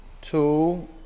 Two